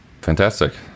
Fantastic